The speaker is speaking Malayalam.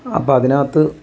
അപ്പം അതിനകത്ത്